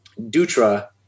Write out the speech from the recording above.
Dutra